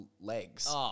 legs